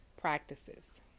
practices